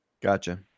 Gotcha